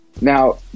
Now